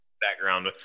background